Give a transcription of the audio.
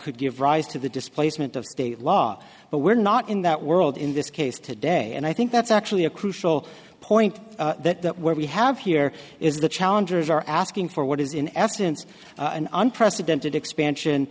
could give rise to the displacement of state law but we're not in that world in this case today and i think that's actually a crucial point that where we have here is the challengers are asking for what is in essence an unprecedented expansion